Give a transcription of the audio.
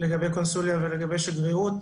לגבי קונסוליה ולגבי שגרירות,